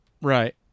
Right